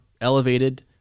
elevated